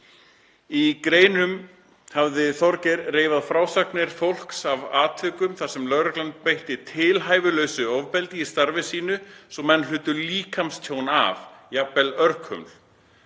Í greinunum hafði Þorgeir reifað frásagnir fólks af atvikum þar sem lögreglan beitti tilhæfulausu ofbeldi í starfi sínu svo menn hlutu líkamstjón af, jafnvel örkuml.